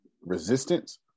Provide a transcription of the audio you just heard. resistance